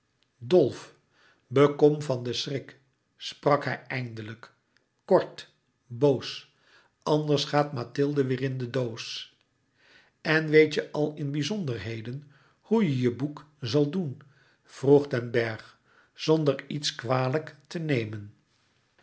dolf bekom van den schrik sprak hij eindelijk kort boos anders gaat mathilde weêr in de doos en weet je al in biznderheden hoe je je boek zal doen vroeg den bergh zonder iets kwalijk te nemen